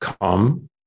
come